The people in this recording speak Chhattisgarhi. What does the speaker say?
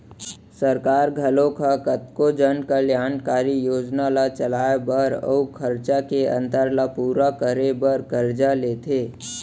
सरकार घलोक ह कतको जन कल्यानकारी योजना ल चलाए बर अउ खरचा के अंतर ल पूरा करे बर करजा लेथे